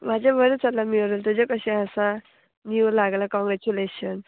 म्हाजें बरें चललां म्यूरल तुजे कशें आसा नीव लागल्या कॉंग्रेच्युलेशन